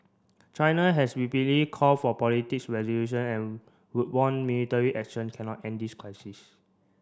China has repeatedly call for politics resolution and warned military action cannot end this crisis